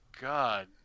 God